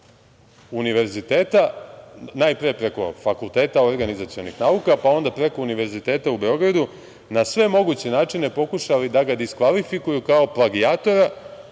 preko univerziteta, najpre preko FON-a, pa onda preko Univerziteta u Beogradu na sve moguće načine pokušali da ga diskvalifikuju kao plagijatora